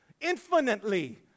Infinitely